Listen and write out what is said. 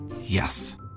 Yes